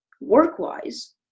work-wise